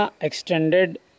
Extended